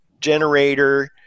generator